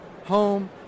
home